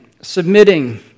submitting